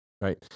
right